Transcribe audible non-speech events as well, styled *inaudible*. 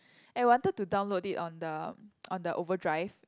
and wanted to download it on the *noise* on the overdrive